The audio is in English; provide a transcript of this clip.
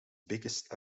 biggest